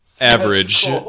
average